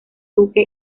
duque